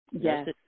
Yes